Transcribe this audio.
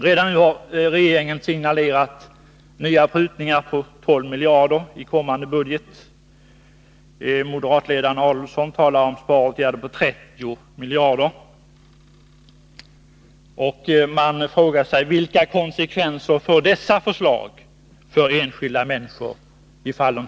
Redan nu har regeringen signalerat nya prutningar på 12 miljarder i kommande budget. Moderatledaren Adelsohn talar om sparåt gärder på 30 miljarder. Man frågar sig: Vilka konsekvenser får dessa förslag för enskilda människor?